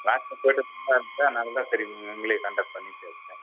last time போயிட்டு வந்துட்டு நல்லா சரி அதனால் உங்களையே கான்டக்ட் பண்ணி பேசுகிறேன்